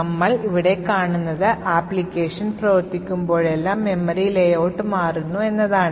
നമ്മൾ ഇവിടെ കാണുന്നത് ആപ്ലിക്കേഷൻ പ്രവർത്തിപ്പിക്കുമ്പോഴെല്ലാം മെമ്മറി layout മാറുന്നു എന്നതാണ്